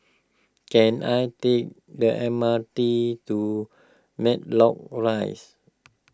can I take the M R T to Matlock Rise